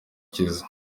ukize